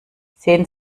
sehen